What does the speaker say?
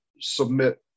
submit